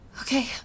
Okay